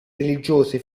religiose